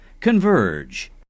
converge